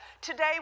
Today